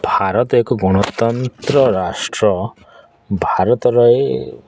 ଭାରତ ଏକ ଗଣତନ୍ତ୍ର ରାଷ୍ଟ୍ର ଭାରତରେ